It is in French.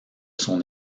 son